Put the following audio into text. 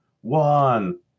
one